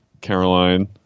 Caroline